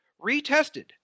Retested